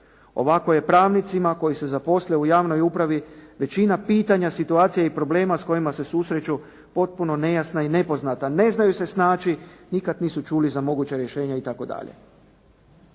Ovako je pravnicima koji se zaposle u javnoj upravi većina pitanja, situacija i problema s kojima se susreću potpuno nejasna i nepoznata. Ne znaju se snaći. Nikad nisu čuli za moguća rješenja i